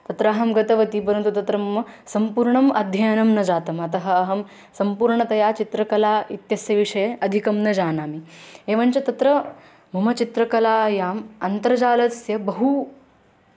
तत्र अहं गतवती परन्तु तत्र मम सम्पूर्णम् अध्ययनं न जातम् अतः अहं सम्पूर्णतया चित्रकला इत्यस्य विषये अधिकं न जानामि एवञ्च तत्र मम चित्रकलायाम् अन्तर्जालस्य बहु